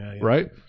right